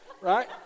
right